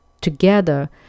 Together